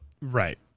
right